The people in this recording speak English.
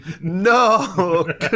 No